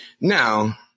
Now